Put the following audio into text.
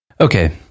okay